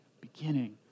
beginning